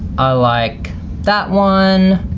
i like that one.